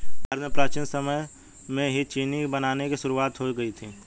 भारत में प्राचीन समय में ही चीनी बनाने की शुरुआत हो गयी थी